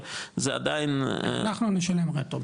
אבל זה עדיין --- אנחנו נשלם רטרואקטיבי.